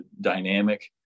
dynamic